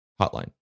hotline